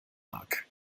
mag